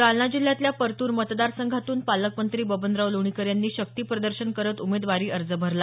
जालना जिल्ह्यातल्या परतूर मतदार संघातून पालकमंत्री बबनराव लोणीकर यांनी शक्ती प्रदर्शन करत उमेदवारी अर्ज भरला